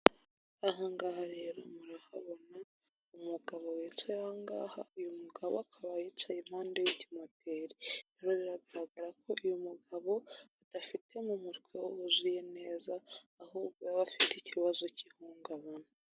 Aha ngaha rero murahabona umugabo wicaye aha ngaha, uyu mugabo akaba yicaye impande y'ikimoteri. Rero biragaragara ko uyu mugabo adafite mu mutwe wuzuye neza, ahubwo yaba afite ikibazo cy'ihungabana.